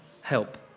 help